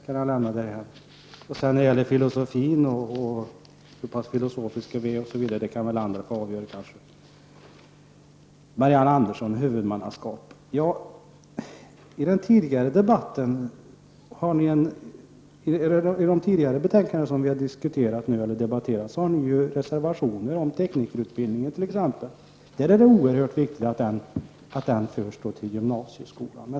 När det gäller filosofin kan väl andra få avgöra hur pass filosofiska vi är. Marianne Andersson i Vårgårda talade om huvudmannaskapet. I de betänkanden som vi tidigare har diskuterat har centern reservationer om teknikerutbildningen. Det är oerhört viktigt att den förs över till gymnasieskolan.